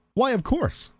why of course?